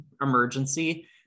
emergency